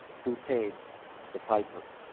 who paid the piper?